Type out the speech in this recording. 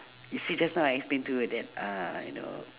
you see just now I explain to you like that uh you know